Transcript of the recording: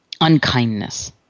unkindness